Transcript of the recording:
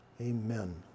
Amen